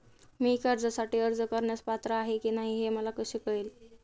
मी कर्जासाठी अर्ज करण्यास पात्र आहे की नाही हे मला कसे कळेल?